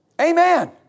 Amen